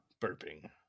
Burping